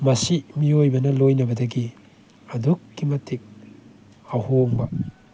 ꯃꯁꯤ ꯃꯤꯑꯣꯏꯕꯅ ꯂꯣꯏꯅꯕꯗꯒꯤ ꯑꯗꯨꯛꯀꯤ ꯃꯇꯤꯛ ꯑꯍꯣꯡꯕ